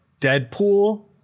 Deadpool